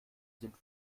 sind